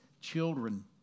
Children